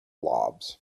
blobs